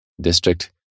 district